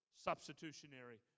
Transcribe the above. substitutionary